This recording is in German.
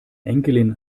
enkelin